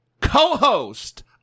co-host